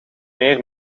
meer